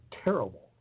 terrible